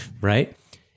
Right